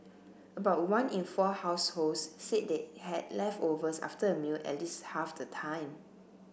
about one in four households said they had leftovers after a meal at least half the time